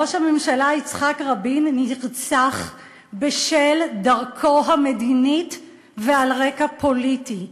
ראש הממשלה יצחק רבין נרצח בשל דרכו המדינית ועל רקע פוליטי,